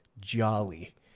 jolly